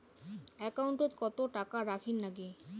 একাউন্টত কত টাকা রাখীর নাগে?